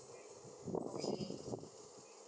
okay